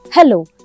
Hello